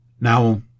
Now